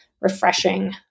refreshing